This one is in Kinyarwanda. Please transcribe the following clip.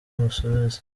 amusubiza